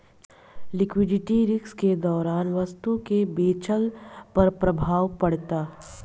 liquidity risk के दौरान वस्तु के बेचला पर प्रभाव पड़ेता